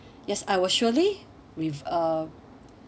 yes I will surely with uh